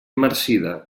marcida